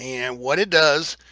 and what it does,